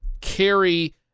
carry